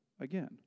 again